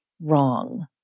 wrong